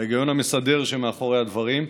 ההיגיון המסדר שמאחורי הדברים,